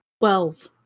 Twelve